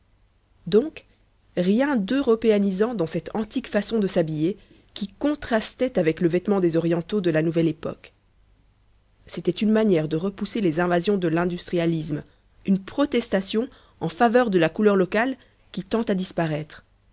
donc rien d'européanisant dans cette antique façon de s'habiller qui contrastait avec le vêtement des orientaux de la nouvelle époque c'était une manière de repousser les invasions de l'industrialisme une protestation en faveur de la couleur locale qui tend à disparaître